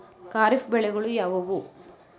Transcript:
ಖಾರಿಫ್ ಬೆಳೆಗಳು ಯಾವುವು?